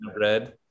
red